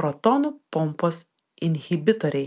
protonų pompos inhibitoriai